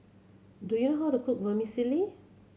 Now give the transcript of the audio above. do you know how to cook Vermicelli